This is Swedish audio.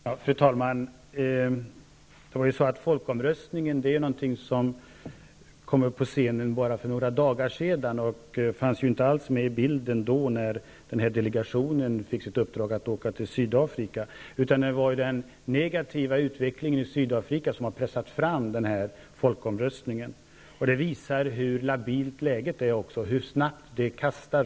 Den förutvarande svenska socialdemokratiska regeringen har engagerat sig starkt för att åstadkomma ett samarbete kring Östersjöns alla länder och regioner. Det gäller ett samarbete mellan regeringarna, men som också omfattar många delar av det civila samhället, allt från universitet och högskolor, fackliga organisationer, folkrörelser, handelskamrar, kultursamarbete, kommuner, turism, ungdomsutbyte, etc.